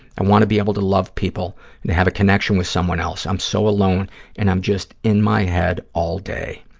i want to be able to love people and have a connection with someone else. i'm so alone and i'm just in my head all day.